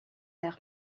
air